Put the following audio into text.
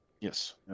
Yes